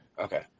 Okay